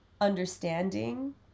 understanding